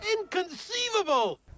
inconceivable